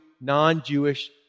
non-Jewish